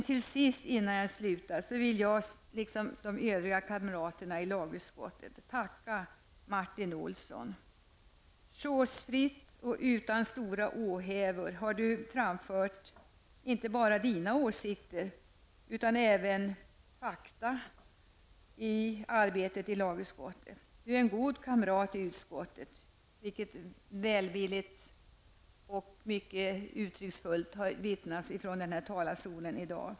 Till sist innan jag slutar vill jag, liksom de övriga kamraterna i lagutskottet, tacka Martin Olsson. Chosfritt och utan stora åthävor har du framfört inte bara dina åsikter utan även fakta i arbetet i lagutskottet. Du är en god kamrat i utskottet, vilket välvilligt och nyckeluttryckfullt har vittnats om i talarstolen i dag.